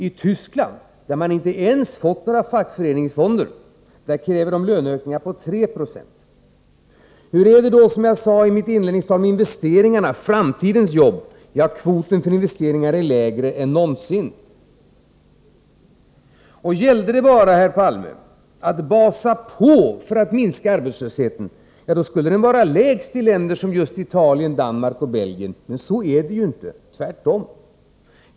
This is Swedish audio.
I Tyskland, där man inte ens har fått några fackföreningsfonder, kräver man löneökningar på 3 70. Hur går det då, som jag sade i mitt inledningstal, med investeringarna, med framtidens jobb? Jo, kvoten för investeringar är lägre än någonsin. Gällde det bara, herr Palme, att basa på för att minska arbetslösheten, skulle den vara lägst i länder som just Italien, Danmark och Belgien. Men så är det inte, tvärtom.